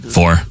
Four